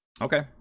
Okay